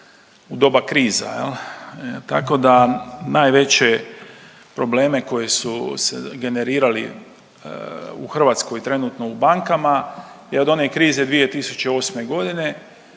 u doba kriza jel. Tako da najveće probleme koji su se generirali u Hrvatskoj, trenutno u bankama, je od one krize 2008.g.